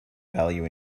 value